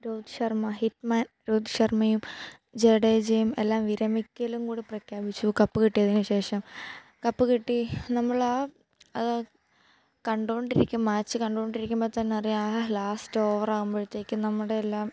Rohit Sharma hitman Rohit ശർമയും ജഡേജയും എല്ലാം വിരമിക്കലും കൂടി പ്രഖ്യാപിച്ചു കപ്പ് കിട്ടിയതിനുശേഷം കപ്പ് കിട്ടി നമ്മളാണ് ആ കണ്ടു കൊണ്ടിരിക്കുക മാച്ച് കണ്ടുകൊണ്ടിരിക്കുമ്പോൾ തന്നെ അറിയാം ആ ലാസ്റ്റ് ഓവർ ആകുമ്പോഴത്തേക്കും നമ്മുടെ എല്ലാം